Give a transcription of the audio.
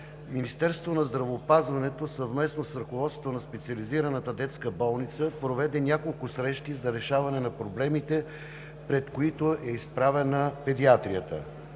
Министерството на здравеопазването съвместно с ръководството на Специализираната детска болница проведе няколко срещи за решаване на проблемите, пред които е изправена педиатрията.